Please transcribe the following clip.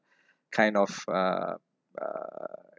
kind of um uh